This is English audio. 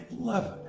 love it!